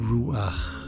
Ruach